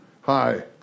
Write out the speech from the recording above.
Hi